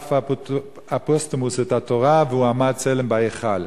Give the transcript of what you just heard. ושרף אפוסטמוס את התורה והועמד צלם בהיכל.